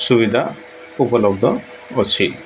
ସୁବିଧା ଉପଲବ୍ଧ ଅଛି